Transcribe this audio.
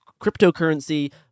cryptocurrency